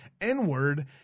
N-word